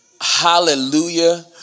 hallelujah